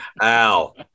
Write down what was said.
Al